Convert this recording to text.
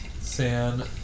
San